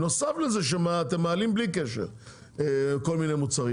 נוסף לזה שאתם מעלים בלי קשר כל מיני מוצרים